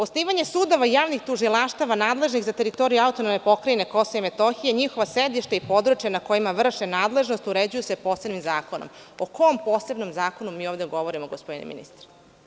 Osnivanje sudova i javnih tužilaštava nadležnih za teritoriju AP Kosova i Metohije, njihova sedišta i područja na kojima vrše nadležnost, uređuje se posebnim zakonom.“ O kom posebnom zakonu mi ovde govorimo, gospodine ministre?